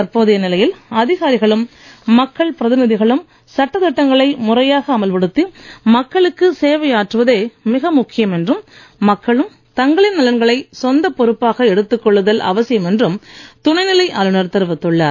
தற்போதைய நிலையில் அதிகாரிகளும் மக்கள் பிரதிநிதிகளும் சட்டதிட்டங்களை முறையாக அமல்படுத்தி மக்களுக்கு சேவை ஆற்றுவதே மிக முக்கியம் என்றும் மக்களும் தங்களின் நலன்களை சொந்தப் பொறுப்பாக எடுத்துக் கொள்ளுதல் அவசியம் என்றும் துணைநிலை ஆளுனர் தெரிவித்துள்ளார்